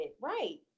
right